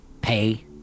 pay